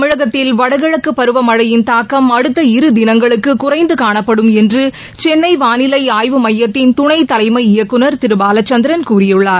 தமிழகத்தில் வடகிழக்கு பருவமழையின் தாக்கம் அடுத்த இரு தினங்களுக்கு குறைந்து காணப்படும் என்று சென்னை வானிலை ஆய்வு மையத்தின் துணை தலைமை இயக்குனர் திரு பாலச்சந்திரன் கூறியுள்ளார்